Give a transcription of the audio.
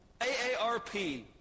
AARP